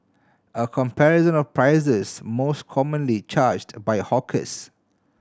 a comparison of prices most commonly charged by hawkers